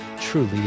truly